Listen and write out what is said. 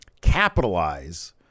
capitalize